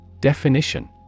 Definition